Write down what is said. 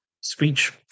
Speech